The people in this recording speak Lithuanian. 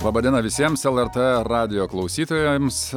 laba diena visiems lrt radijo klausytojams